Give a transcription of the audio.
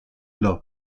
love